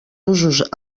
usos